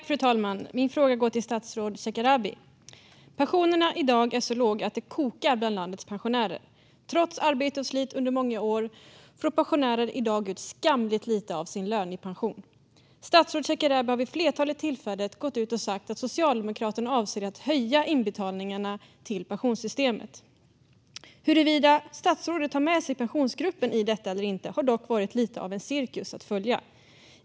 Fru talman! Min fråga går till statsrådet Shekarabi. Pensionerna i dag är så låga att det kokar bland landets pensionärer. Trots arbete och slit under många år får pensionärer i dag ut skamligt lite av sin lön i pension. Statsrådet Shekarabi har vid ett flertal tillfällen gått ut och sagt att Socialdemokraterna avser att höja inbetalningarna till pensionssystemet. Huruvida statsrådet har med sig Pensionsgruppen i detta eller inte har dock varit lite av en cirkus att följa.